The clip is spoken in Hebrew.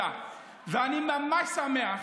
במקום זה, הוא קורא אותי לסדר ומוציא אותי החוצה.